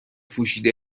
پوشیده